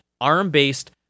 ARM-based